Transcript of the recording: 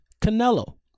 Canelo